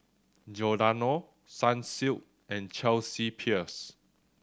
Giordano Sunsilk and Chelsea Peers